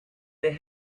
they